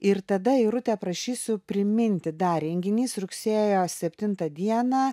ir tada irute prašysiu priminti dar renginys rugsėjo septintą dieną